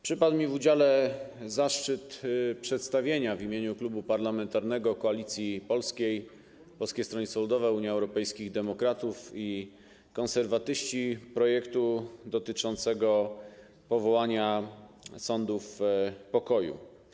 Przypadł mi w udziale zaszczyt przedstawienia w imieniu Klubu Parlamentarnego Koalicja Polska - Polskie Stronnictwo Ludowe, Unia Europejskich Demokratów i Konserwatyści projektu dotyczącego powołania sądów pokoju.